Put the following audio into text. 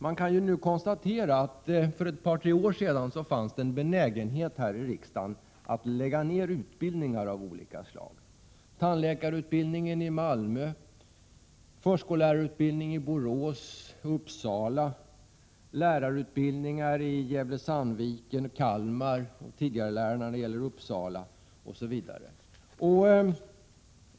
Man kan nu konstatera att det för ett par tre år sedan fanns en benägenhet här i riksdagen att lägga ned utbildningar av olika slag: tandläkarutbildning i Malmö, förskollärarutbildning i Borås och Uppsala, lärarutbildning i Gävle/Sandviken och Kalmar, utbildning av tidigarelärare i Uppsala osv.